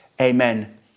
Amen